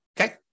Okay